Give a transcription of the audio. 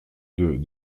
deux